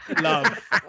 love